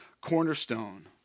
cornerstone